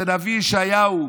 בנביא ישעיהו: